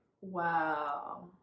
Wow